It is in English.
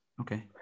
Okay